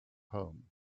home